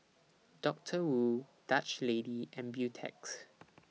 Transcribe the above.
Doctor Wu Dutch Lady and Beautex